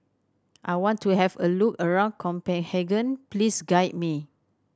I want to have a look around Copenhagen please guide me